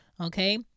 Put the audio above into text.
okay